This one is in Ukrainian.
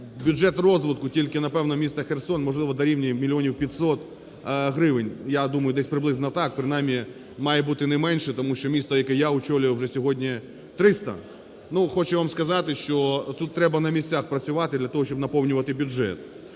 бюджет розвитку тільки, напевно, міста Херсон, можливо, дорівнює мільйонів 500 гривень, я думаю десь приблизно так, принаймні має бути не менше, тому що місто, яке я очолював, вже сьогодні – 300. Ну, хочу вам сказати, що тут треба на місцях працювати для того, щоб наповнювати бюджет.